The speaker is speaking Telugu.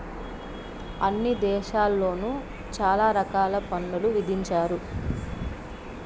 అన్ని దేశాల్లోను చాలా రకాల పన్నులు విధించారు